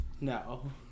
No